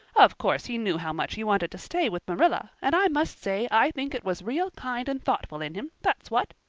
of course he knew how much you wanted to stay with marilla, and i must say i think it was real kind and thoughtful in him, that's what.